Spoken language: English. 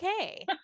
okay